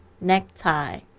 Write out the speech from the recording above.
Necktie